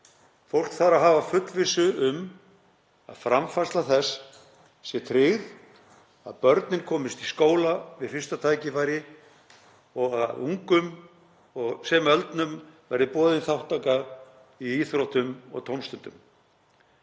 Fólk þarf að hafa fullvissu um að framfærsla þess sé tryggð, að börnin komist í skóla við fyrsta tækifæri og að ungum sem öldnum verði boðin þátttaka í íþróttum og tómstundum.